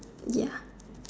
ya